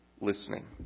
listening